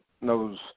knows